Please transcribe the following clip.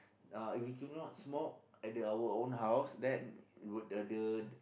uh if you cannot smoke at the our own house that would the the